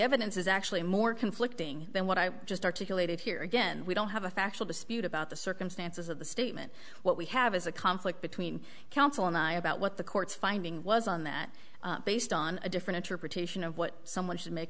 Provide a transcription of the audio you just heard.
evidence is actually more conflicting than what i just articulated here again we don't have a factual dispute about the circumstances of the statement what we have is a conflict between counsel and i about what the court's finding was on that based on a different interpretation of what someone should make